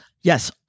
Yes